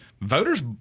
voters